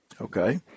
Okay